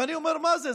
ואני אומר, מה זה?